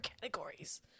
categories